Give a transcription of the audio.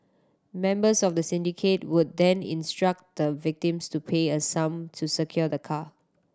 members of the syndicate would then instruct the victims to pay a sum to secure the car